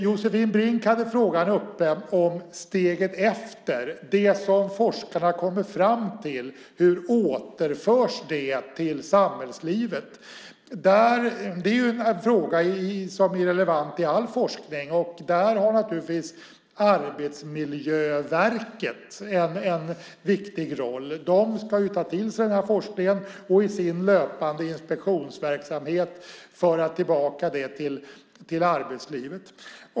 Josefin Brink hade uppe frågan om steget efter. Det som forskarna kommer fram till, hur återförs det till samhällslivet? Det är en fråga som är relevant i all forskning. Där har Arbetsmiljöverket en viktig roll. De ska ta till sig forskningen och i sin löpande inspektionsverksamhet föra tillbaka det till arbetslivet.